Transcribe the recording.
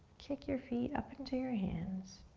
kick your feet up into your hands.